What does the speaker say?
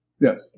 Yes